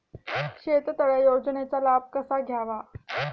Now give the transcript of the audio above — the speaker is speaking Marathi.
शेततळे योजनेचा लाभ कसा घ्यावा?